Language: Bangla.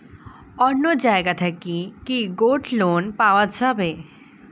অন্য জায়গা থাকি কি গোল্ড লোন পাওয়া যাবে?